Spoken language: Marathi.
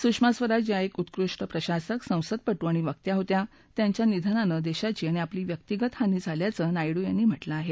सुषमा स्वराज या एक उत्कृष्ट प्रशासक संसदपटू आणि वकत्या होत्या त्यांच्या निधनानं देशाची आणि आपली व्यक्तीगतही हानी झाली असल्याचं नायडू यांनी म्हटलं आहे